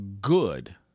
good